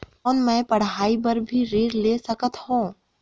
कौन मै पढ़ाई बर भी ऋण ले सकत हो?